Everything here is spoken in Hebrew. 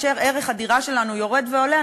כאשר ערך הדירה שלנו יורד ועולה,